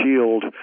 shield